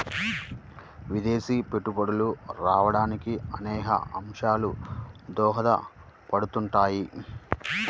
విదేశీ పెట్టుబడులు రావడానికి అనేక అంశాలు దోహదపడుతుంటాయి